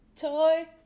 Toy